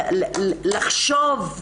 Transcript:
לחשוב,